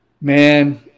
Man